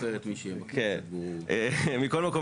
מכל מקום,